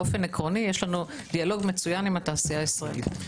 באופן עקרוני יש לנו דיאלוג מצוין עם התעשייה הישראלית.